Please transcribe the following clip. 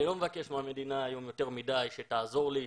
אני לא מבקש מהמדינה היום יותר מדי שתעזור לי,